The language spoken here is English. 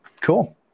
Cool